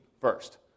first